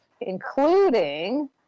including